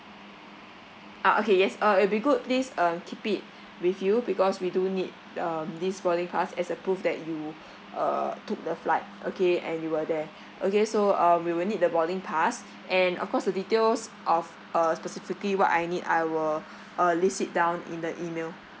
ah okay yes uh it'll be good please um keep it with you because we do need um this boarding pass as a proof that you uh took the flight okay and you were there okay so um we will need the boarding pass and of course the details of uh specifically what I need I will uh list it down in the email